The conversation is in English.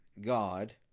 God